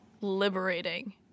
liberating